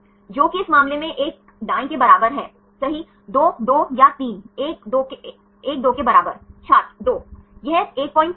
उदाहरण के लिए यदि कैपिटल R है तो यह बाहरी त्रिज्या 2 परमाणु है यह Ra है